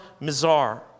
Mizar